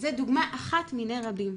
זו דוגמה אחת מני רבות.